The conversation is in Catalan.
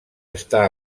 està